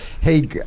Hey